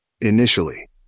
Initially